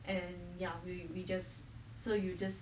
and ya we we just so you just